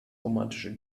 romantische